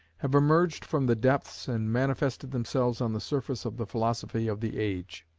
have emerged from the depths and manifested themselves on the surface of the philosophy of the age.